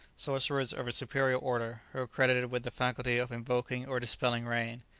sorcerers of a superior order, who are credited with the faculty of invoking or dispelling rain.